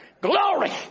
Glory